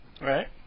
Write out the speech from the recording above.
right